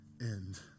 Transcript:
end